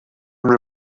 even